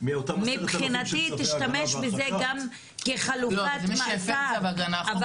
מבחינתי תשתמש בזה גם כחלופת מאסר,